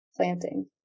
planting